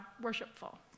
worshipful